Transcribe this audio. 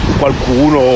qualcuno